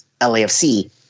LAFC